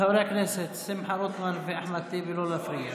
חברי הכנסת שמחה רוטמן ואחמד טיבי, לא להפריע.